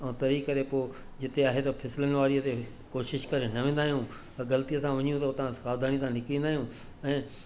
ऐं तरी करे पोइ जिते आहे त फिसलनि वारीअ ते कोशिश करे न वेंदा आहियूं ग़लती सां वञूं त उतां सावधानी सां निकिरी ईंदा आहियूं ऐं